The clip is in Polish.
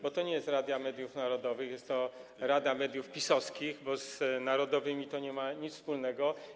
Bo to nie jest Rada Mediów Narodowych - jest to rada mediów PiS-owskich, bo z narodowymi to nie ma nic wspólnego.